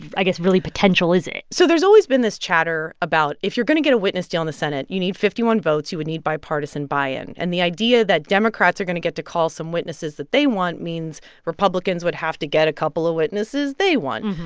i guess, really potential is it so there's always been this chatter about if you're going to get a witness deal in the senate, you need fifty one votes. you would need bipartisan buy-in. and the idea that democrats are going to get to call some witnesses that they want means republicans would have to get a couple of witnesses they want.